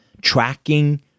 tracking